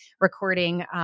recording